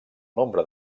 nombre